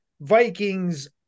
Vikings